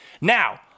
Now